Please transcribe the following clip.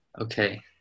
okay